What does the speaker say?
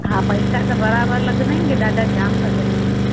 हा पैसा त बराबरि लॻंदा आहिनि की ॾाढा जाम लॻंदा आहिनि